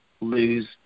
lose